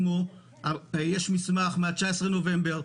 מסמך מה-19 בנובמבר,